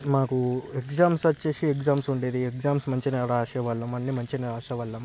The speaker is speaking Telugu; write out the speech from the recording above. మాకు ఎగ్జామ్స్ వచ్చేసి ఎగ్జామ్స్ ఉండేది ఎగ్జామ్స్ మంచిగానే రాసేవాళ్ళము అన్ని మంచిగానే రాసేవాళ్ళము